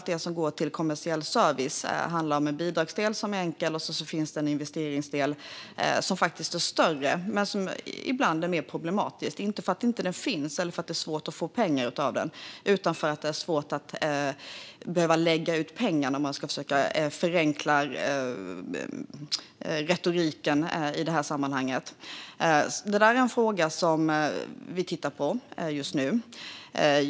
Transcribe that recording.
Det som går till kommersiell service består av en bidragsdel, som är enkel, och en investeringsdel, som faktiskt är större men ibland mer problematisk - inte för att den inte finns eller för att det är svårt att få pengar från den utan för att det är svårt att behöva lägga ut pengar, om man ska försöka förenkla retoriken i detta sammanhang. Detta är en fråga som vi tittar på just nu.